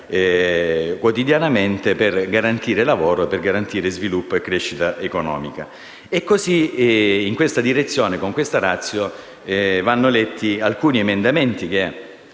quotidianamente per garantire lavoro, sviluppo e crescita economica. In questa direzione, con questa *ratio*, vanno letti alcuni emendamenti che,